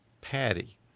Patty